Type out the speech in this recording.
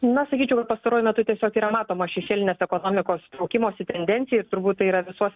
na sakyčiau kad pastaruoju metu tiesiog yra matoma šešėlinės ekonomikos traukimosi tendencija ir turbūt tai yra visos